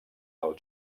als